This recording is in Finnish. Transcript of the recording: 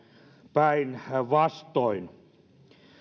päinvastoin